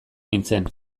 nintzen